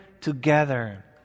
together